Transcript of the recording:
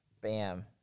Bam